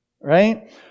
right